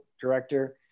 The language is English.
director